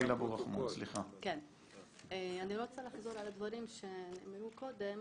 אני לא רוצה לחזור על הדברים שנאמרו קודם,